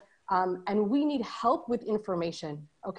ואנשים חושבים שישראלים שוחטים תינוקות פלסטיניים בדיוק